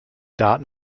daten